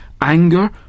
anger